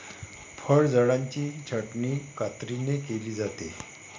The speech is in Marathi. फळझाडांची छाटणी कात्रीने केली जाते